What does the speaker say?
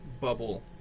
bubble